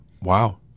Wow